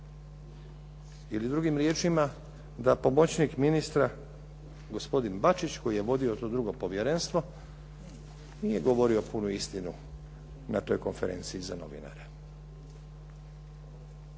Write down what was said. Ili drugim riječima, da pomoćnik ministra gospodin Bačić koji je vodio to drugo povjerenstvo nije govorio punu istinu na toj konferenciji za novinare.